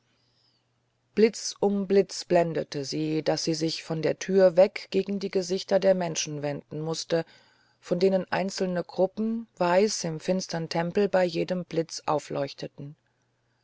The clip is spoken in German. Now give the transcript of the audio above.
blitz um blitz blendete sie daß sie sich von der türe weg gegen die gesichter der menschen wenden mußte von denen einzelne gruppen weiß im finstern tempel bei jedem blitz aufleuchteten